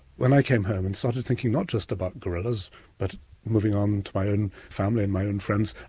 when i came home and starting thinking not just about gorillas but moving on to my own family and my own friends,